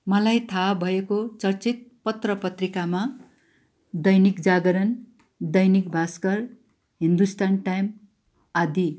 मलाई थाहा भएको चर्चित पत्र पत्रिकामा दैनिक जागरण दैनिक भाष्कर हिन्दुस्तान टाइम आदि